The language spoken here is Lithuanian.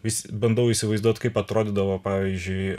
vis bandau įsivaizduot kaip atrodydavo pavyzdžiui